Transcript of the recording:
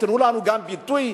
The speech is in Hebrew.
תנו לנו גם ביטוי,